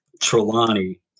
Trelawney